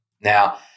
Now